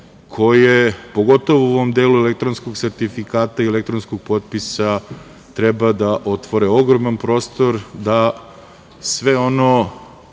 koje pogotovo u ovom delu elektronskog sertifikata i elektronskog potpisa treba da otvore ogroman prostor da sve ono